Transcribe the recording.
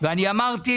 ואני אמרתי